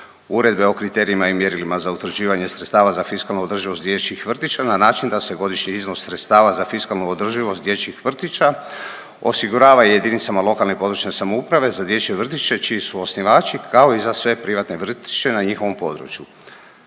Uredbe o kriterijima i mjerilima za utvrđivanje sredstava za fiskalnu održivost dječjih vrtića na način da se godišnji iznos sredstava za fiskalnu održivost dječjih vrtića osigurava jedinicama lokalne i područne samouprave za dječje vrtiće čiji su osnivači kao i za sve privatne vrtiće na njihovom području.